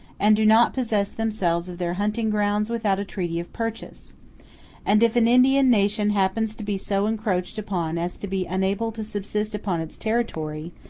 and do not possess themselves of their hunting grounds without a treaty of purchase and if an indian nation happens to be so encroached upon as to be unable to subsist upon its territory,